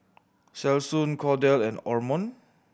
Selsun Kordel and Omron